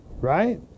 Right